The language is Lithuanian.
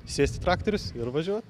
sėst į traktorius ir važiuot